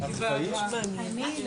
הישיבה ננעלה